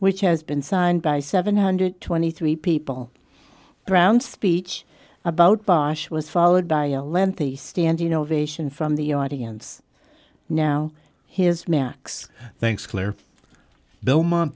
which has been signed by seven hundred twenty three people around speech about bosch was followed by a lengthy standing ovation from the audience now his max thanks claire belmont